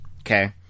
Okay